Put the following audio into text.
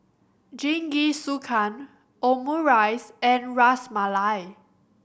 Jingisukan Omurice and Ras Malai